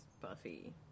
Buffy